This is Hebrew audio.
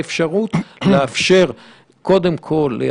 שיאפשר למשרד הבריאות